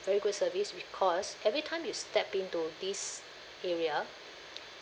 very good service because every time you step into this area